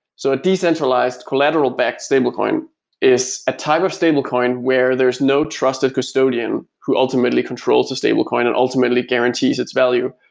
so a decentralized, collateral-backed stablecoin is a type of stablecoin where there's no trusted custodian who ultimately controls the stablecoin and ultimately guarantees its value,